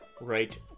right